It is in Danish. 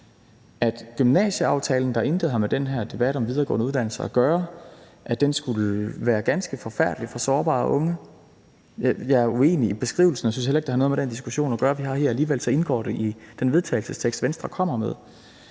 at gymnasieaftalen, som intet har med den her debat om de videregående uddannelser at gøre, skulle være ganske forfærdelig for sårbare unge. Jeg er uenig i beskrivelsen, og jeg synes heller ikke, at det har noget med den diskussion, vi har her, at gøre, men alligevel indgår det i den vedtagelsestekst, som Venstre kommer med.